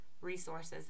resources